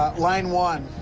line one